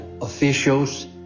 officials